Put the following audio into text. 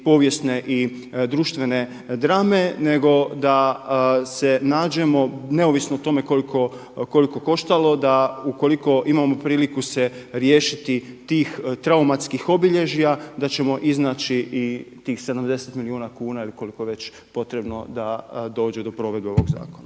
povijesne i društvene drame nego da se nađemo neovisno o tome koliko koštalo, da ukoliko imamo priliku se riješiti tih traumatskih obilježja da ćemo iznaći i tih 70 milijuna kuna ili koliko je već potrebno da dođe do provedbe ovog zakona.